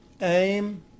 aim